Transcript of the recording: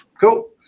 Cool